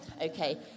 Okay